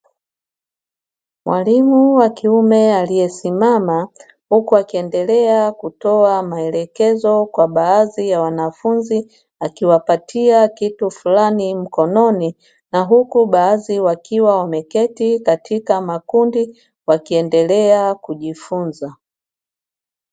Mwalimu wa kiume aliyesimama huku akiendelea kutoa maelekezo kwa baadhi ya wanafunzi akiwapatia kitu fulani mkononi, na huku baadhi wakiwa wameketi katika makundi wakiendelea kujifunza.